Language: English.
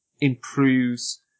improves